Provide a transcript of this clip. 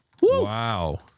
wow